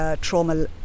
trauma